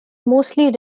mostly